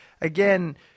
Again